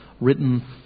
written